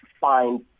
find